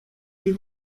die